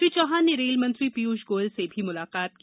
श्री चौहान ने रेल मंत्री पीयूष गोयल से भी मुलाकात की